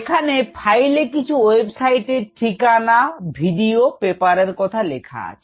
এখানে ফাইলে কিছু ওয়েবসাইটের ঠিকানা ভিডিও পেপারের কথা লেখা আছে